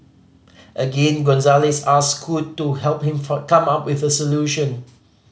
again Gonzalez asked Scoot to help him for come up with a solution